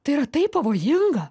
tai yra taip pavojinga